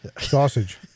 Sausage